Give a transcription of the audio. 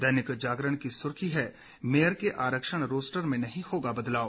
दैनिक जागरण की सुर्खी है मेयर के आरक्षण रोस्टर में नहीं होगा बदलाव